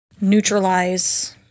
neutralize—